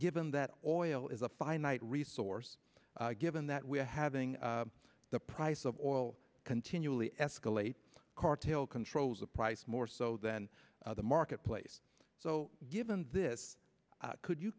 given that oil is a finite resource given that we are having the price of oil continually escalate hardtail controls the price more so than the marketplace so given this could you